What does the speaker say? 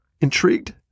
Intrigued